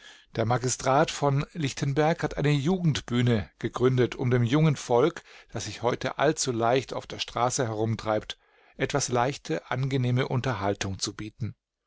der magistrat von lichtenberg hat eine jugendbühne gegründet um dem jungen volk das sich heute allzu leicht auf der straße herumtreibt etwas leichte angenehme unterhaltung zu bieten